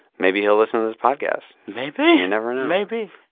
maybe he'll listen to this podcast maybe you never know maybe.